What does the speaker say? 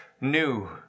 new